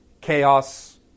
chaos